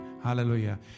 Hallelujah